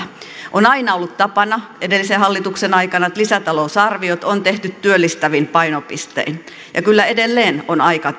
on aina ollut tapana edellisen hallituksen aikana että lisätalousarviot on tehty työllistävin painopistein ja kyllä edelleen on tämän aika